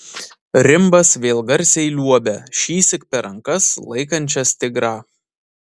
rimbas vėl garsiai liuobia šįsyk per rankas laikančias tigrą